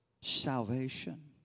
salvation